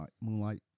Moonlight